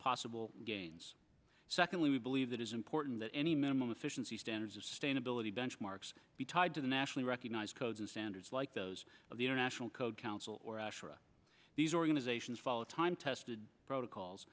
possible gains secondly we believe that is important that any minimum efficiency standards of state ability benchmarks be tied to the nationally recognized codes and standards like those of the international code council or asherah these organizations follow a time tested protocols